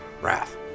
Wrath